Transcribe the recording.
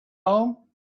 home